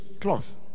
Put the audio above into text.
cloth